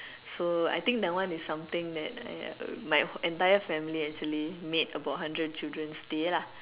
so I think that one is something that uh my entire family actually made about hundred children's day lah